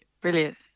Brilliant